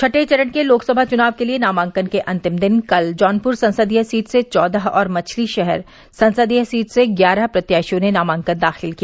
छठें चरण के लोकसभा चुनाव के लिये नामांकन के अंतिम दिन कल जौनप्र संसदीय सीट से चौदह और मछली शहर संसदीय सीट से ग्यारह प्रत्याशियों ने नामांकन दाखिल किया